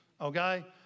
Okay